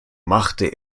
machte